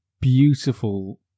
beautiful